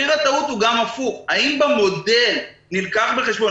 מחיר הטעות הוא גם הפוך האם במודל נלקח בחשבון,